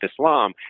Islam